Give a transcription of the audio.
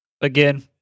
again